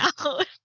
out